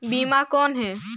बीमा कौन है?